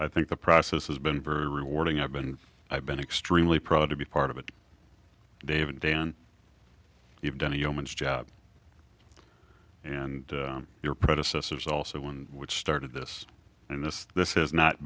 i think the process has been very rewarding i've been i've been extremely proud to be part of it david dan you've done a yeoman's job and your predecessors also and which started this and this this has not